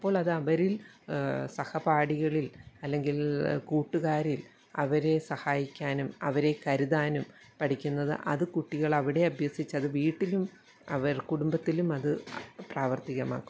അപ്പോൾ അതവരിൽ സഹപാടികളിൽ അല്ലെങ്കിൽ കൂട്ടുകാരിൽ അവരെ സഹായിക്കാനും അവരെ കരുതാനും പഠിക്കുന്നത് അത് കുട്ടികൾ അവിടെ അഭ്യസിച്ചത് വീട്ടിലും അവർ കുടുംബത്തിലും അത് പ്രാവർത്തികമാക്കും